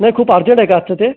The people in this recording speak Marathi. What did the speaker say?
नाही खूप अर्जंट आहे का आजचं ते